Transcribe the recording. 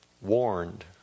warned